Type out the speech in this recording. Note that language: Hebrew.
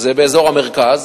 אז זה באזור המרכז,